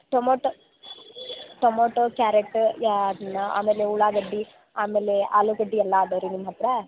tomato tomato carrot ಯಾ ಅದೆನು ಆಮೇಲೆ ಉಳ್ಳಾಗಡ್ಡೆ ಆಮೇಲೆ ಆಲೂಗಡ್ಡೆ ಎಲ್ಲ ಅದಾವೆ ರೀ ನಿಮ್ಮ ಹತ್ತಿರ